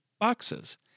boxes